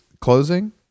closing